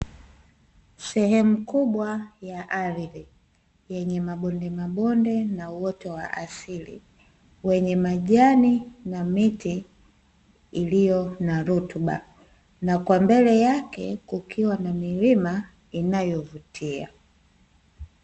Sehemu kubwa ya ardhi yenye mabonde mabonde na uoto wa asili, wenye majani na miti iliyo na rutuba na kwa mbele yake kukiwa na milima inayovutia.